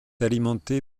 alimenté